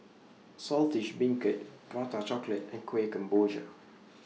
Saltish Beancurd Prata Chocolate and Kuih Kemboja